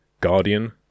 guardian